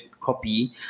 copy